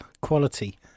quality